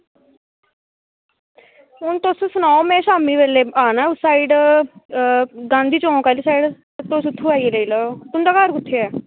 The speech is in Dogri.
हून तुस सनाओ में शामीं बेल्लै आना उस साईड़ अ गांधी चौक आह्ली साईड ते तुस इत्थां आइयै लेई लैयो